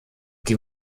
die